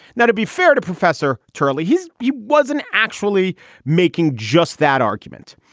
now, to be fair to professor turley, he's. he wasn't actually making just that argument.